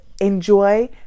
Enjoy